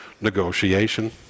negotiation